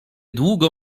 długo